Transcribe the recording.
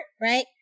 right